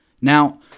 Now